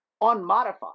unmodified